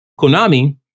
Konami